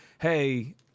hey